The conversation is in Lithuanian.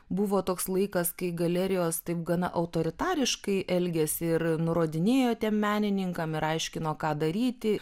buvo toks laikas kai galerijos taip gana autoritariškai elgėsi ir nurodinėjo tiem menininkam ir aiškino ką daryti